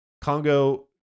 Congo